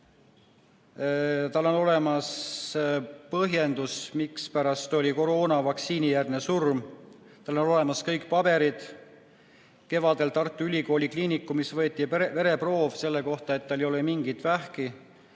Tal on olemas põhjendus, mispärast oli koroonavaktsiini järgne surm. Tal on olemas selle kohta kõik paberid. Kevadel Tartu Ülikooli Kliinikumis võeti emalt vereproov selle kohta, et tal ei ole mingit vähki.